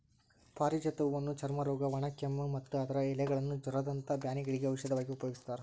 ಪಾರಿಜಾತ ಹೂವನ್ನ ಚರ್ಮರೋಗ, ಒಣಕೆಮ್ಮು, ಮತ್ತ ಅದರ ಎಲೆಗಳನ್ನ ಜ್ವರದಂತ ಬ್ಯಾನಿಗಳಿಗೆ ಔಷಧವಾಗಿ ಉಪಯೋಗಸ್ತಾರ